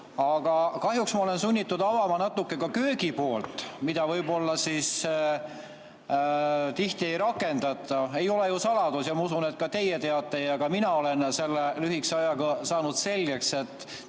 Aga kahjuks ma olen sunnitud avama natuke ka köögipoolt, mida võib-olla siis tihti ei rakendata. Ei ole ju saladus – ma usun, et ka teie teate seda, minagi olen selle lühikese ajaga selle selgeks